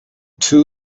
two